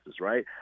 right